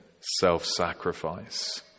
self-sacrifice